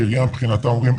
והעירייה מבחינתה אומרים,